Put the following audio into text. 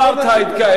חוקי אפרטהייד,